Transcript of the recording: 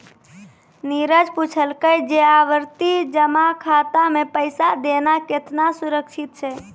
नीरज पुछलकै जे आवर्ति जमा खाता मे पैसा देनाय केतना सुरक्षित छै?